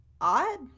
odd